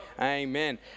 Amen